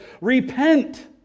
repent